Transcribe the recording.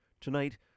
Tonight